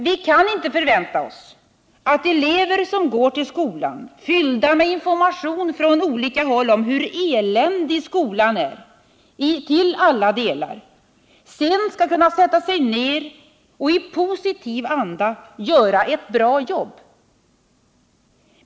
Vi kan inte förvänta oss att elever, som går till skolan fyllda med information från olika håll om hur eländig skolan till alla delar är, sedan skall kunna sätta sig ner och i positiv anda göra ett bra jobb.